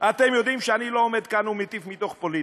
יודעים שאני לא עומד כאן ומטיף מתוך פוליטיקה.